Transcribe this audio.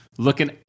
looking